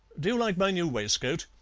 do you like my new waistcoat?